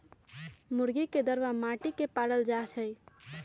मुर्गी के दरबा माटि के पारल जाइ छइ